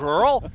girl.